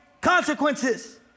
consequences